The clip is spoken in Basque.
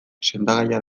sendagaia